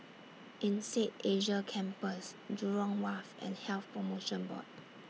Insead Asia Campus Jurong Wharf and Health promotion Board